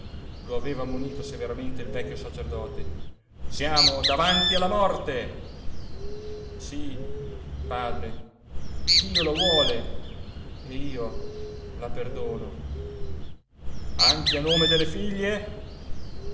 lo aveva ammonito severamente il vecchio sacerdote siamo davanti alla morte sì padre dio lo vuole e io la perdono anche a nome delle figlie